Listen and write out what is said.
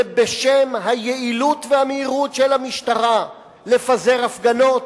ובשם היעילות והמהירות של המשטרה בפיזור הפגנות,